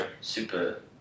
super